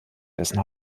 dessen